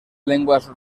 lenguas